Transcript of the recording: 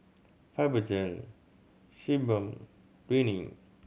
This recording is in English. Fibogel Sebamed Rene